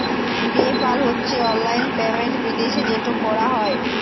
pay পাল হছে অললাইল payment বিদ্যাশে যেট ক্যরা হ্যয়